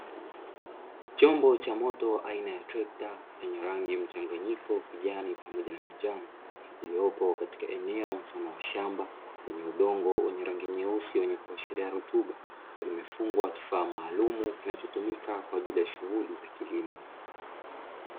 Chombo cha moto aina ya Trekta chenye rangi mchanganyiko wa rangi ya kijani, njano. Lililopo Katika eneo mfano wa shamba lenye udongo mweusi wenye rutuba. Likiwa limefungwa kifaa maalumu kilichotumika kwa ajili ya kilimo.